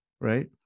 right